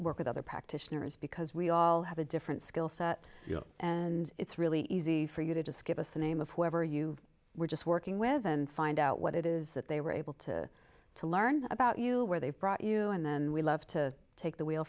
work with other practitioners because we all have a different skill set and it's really easy for you to just give us the name of whoever you were just working with and find out what it is that they were able to to learn about you where they brought you and then we love to take the wheel